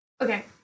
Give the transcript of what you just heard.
Okay